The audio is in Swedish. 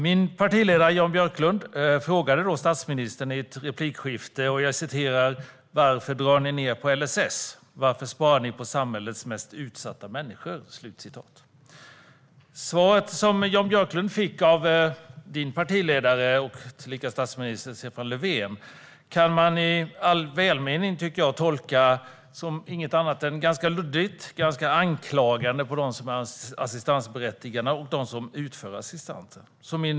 Min partiledare Jan Björklund frågade då statsministern i ett replikskifte: Varför drar ni ned på LSS? Varför sparar ni på samhällets mest utsatta människor? Det svar som Jan Björklund fick av ditt partis ledare, tillika statsministern, Stefan Löfven, kan man i all välmening tolka som ganska luddigt och ganska anklagande mot dem som är assistansberättigade och dem som utför assistansen.